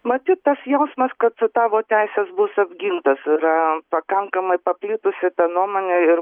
matyt tas jausmas kad su tavo teisės bus apgintos yra pakankamai paplitusi ta nuomonė ir